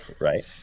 Right